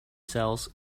cells